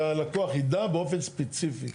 שהלקוח יידע באופן ספציפי.